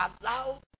allow